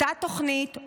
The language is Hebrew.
אותה תוכנית,